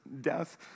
death